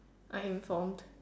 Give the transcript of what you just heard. I am from